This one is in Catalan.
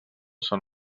són